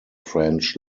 french